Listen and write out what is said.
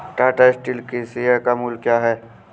Tata steel के share का मूल्य क्या है?